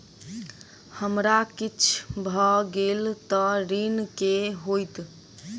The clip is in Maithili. हमरा किछ भऽ गेल तऽ ऋण केँ की होइत?